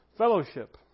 Fellowship